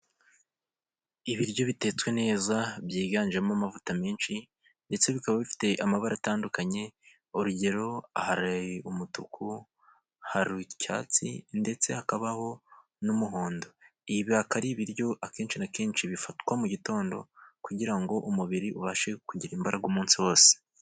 Ibiryo bitetswe neza byiganjemo amavuta menshi ,ndetse bikaba bifite amabara atandukanye ,urugero hari umutuku hari icyatsi ,ndetse hakabaho n'umuhondo ,ibi bikaba ari ibiryo akenshi na kenshi bifatwa mu gitondo ,kugira ngo umubiri ubashe kugira imbaraga umunsi wose.